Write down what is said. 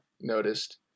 noticed